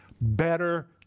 Better